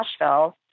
Nashville